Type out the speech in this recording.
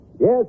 Yes